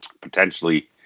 potentially